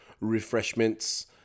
refreshments